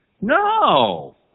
No